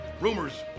rumors